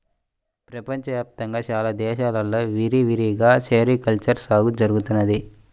ప్రపంచ వ్యాప్తంగా చాలా దేశాల్లో విరివిగా సెరికల్చర్ సాగు జరుగుతున్నది